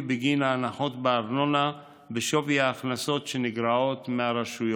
בגין ההנחות בארנונה בשווי ההכנסות שנגרעות מהרשויות.